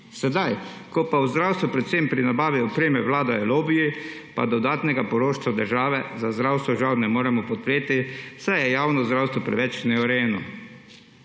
Sedaj, ko pa v zdravstvu, predvsem pri nabavi opreme, vladajo lobiji, pa dodatnega poroštva države za zdravstvo žal ne moremo podpreti, saj je javno zdravstvo preveč neurejeno.